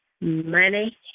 money